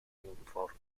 informe